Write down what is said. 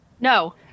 No